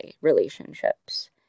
relationships